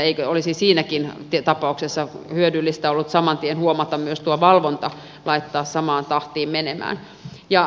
eikö olisi siinäkin tapauksessa hyödyllistä ollut saman tien huomata myös tuo valvonta laittaa samaan tahtiin menemään